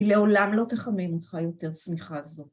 ‫לעולם לא תחמם אותך יותר, ‫שמיכה זו